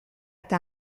eta